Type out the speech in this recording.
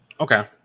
okay